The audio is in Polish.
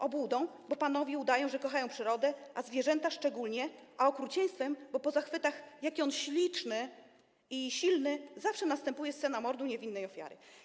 Obłudą, bo panowie udają, że kochają przyrodę, a zwierzęta szczególnie, a okrucieństwem, bo po zachwytach: „jaki on śliczny i silny” zawsze następuje scena mordu niewinnej ofiary.